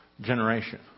generation